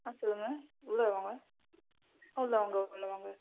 ஆ சொல்லுங்கள் உள்ளே வாங்க ஆ உள்ளே வாங்க உள்ளே வாங்க